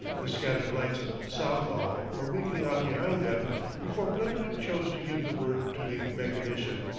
the scattered lights of southall were winking out behind them before brentwick chose to give the word to the mechanician.